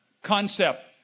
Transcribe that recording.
concept